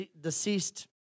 deceased